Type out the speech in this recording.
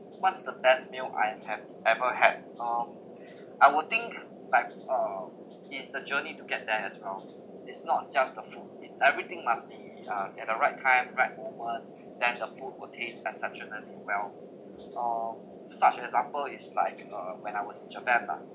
what's the best meal I have ever had um I will think like um is the journey to get there as well it's not just the food is everything must be ah at the right time right moment then the food would taste exceptionally well uh such as an example is like uh when I was in japan lah